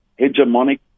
hegemonic